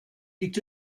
liegt